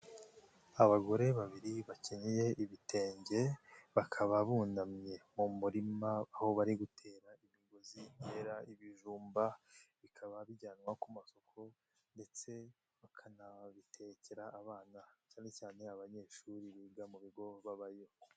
Abagore babiri bakenye ibitenge, bakaba bunamye mu murima, aho bari gutera imigozi, kera ibijumba bikaba bijyanwa ku masoko, ndetse bakanabitekera abana, cyane cyane abanyeshuri biga mu bigo babayo.